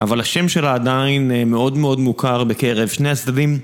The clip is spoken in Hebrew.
אבל השם שלה עדיין מאוד מאוד מוכר בקרב שני הצדדים.